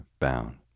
bound